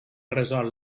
resol